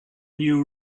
new